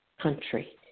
country